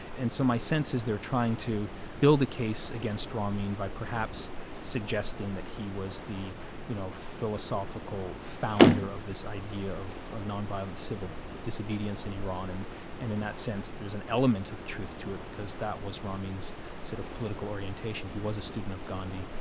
and so my sense is, they're trying to build a case against ramin by perhaps suggesting that he was the you know philosophical founder of this idea of of non-violent, civil disobedience in iran, and and in that sense, there's an element of truth to it, because that was ramin's sort of political orientation. he was a student of gandhi,